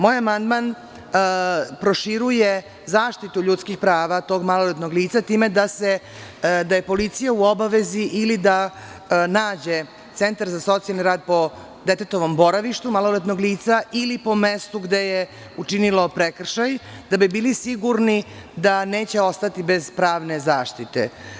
Moj amandman proširuje zaštiti ljudskih prava tog maloletnog lica tim da je policija u obavezi ili da nađe centar za socijalni rad po detetovom boravištu, maloletnog lica, ili po mestu gde je učinilo prekršaj, da bi bili sigurni da neće ostati bez pravne zaštite.